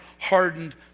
hardened